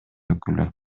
өкүлү